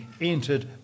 entered